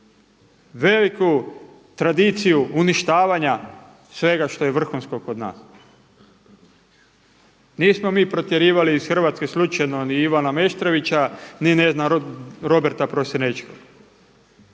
veliku tradiciju uništavanja svega što je vrhunsko kod nas. Nismo mi protjerivali iz Hrvatske slučajno ni Ivana Meštrovića ni ne znam Roberta Prosinečkog.